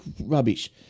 rubbish